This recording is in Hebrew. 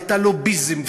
ואת הלוביזם,